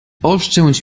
oszczędź